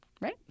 right